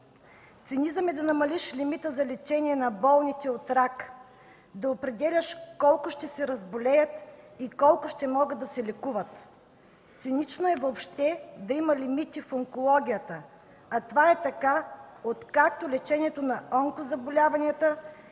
Цинизъм е да намалиш лимита за лечение на болните от рак, да определяш колко ще се разболеят и колко ще могат да се лекуват. Цинично е въобще да има лимити в онкологията, а това е така откакто лечението на онкозаболяванията